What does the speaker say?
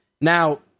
Now